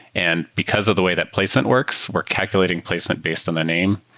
and because of the way that placement works, we're calculating placement based on the name.